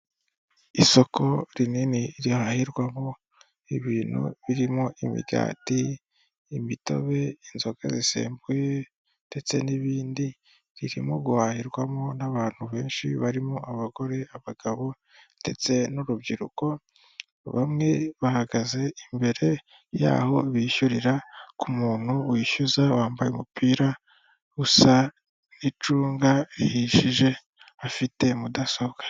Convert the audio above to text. Isoko rinini rihahirwamo ibintu birimo imigati, imitobe, inzoga zisembuye ndetse n'ibindi, zirimo guhaherwamo n'abantu benshi barimo abagore, abagabo ndetse n'urubyiruko, bamwe bahagaze imbere y'aho bishyurira ku muntu wishyuza wambaye umupira usa n'icunga rihishije afite mudasobwa.